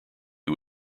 who